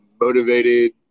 motivated